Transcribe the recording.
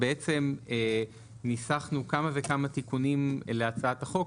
בעצם ניסחנו כמה וכמה תיקונים להצעת החוק,